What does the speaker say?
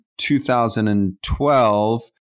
2012